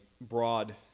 broad